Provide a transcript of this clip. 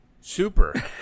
super